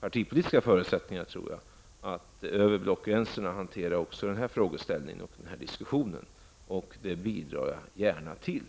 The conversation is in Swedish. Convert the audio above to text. partipolitiska förutsättningar för att hantera också denna frågeställning över blockgränserna, och det bidrar jag gärna till.